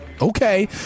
Okay